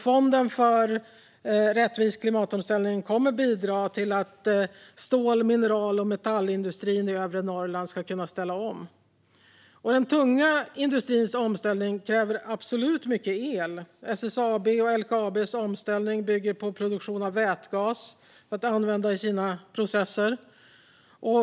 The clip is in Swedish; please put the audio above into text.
Fonden för en rättvis omställning kommer att bidra till att stål-, mineral och metallindustrin i övre Norrland kan ställa om. Den tunga industrins omställning kräver absolut mycket el. SSAB:s och LKAB:s omställning bygger på produktion av vätgas att använda i sina processer.